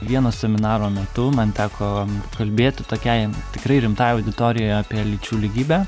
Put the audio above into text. vieno seminaro metu man teko kalbėti tokiai tikrai rimtai auditorijai apie lyčių lygybę